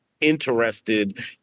interested